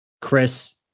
Chris